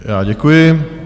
Já děkuji.